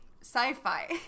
Sci-fi